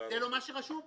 זה לא מה שכתוב פה.